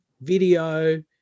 video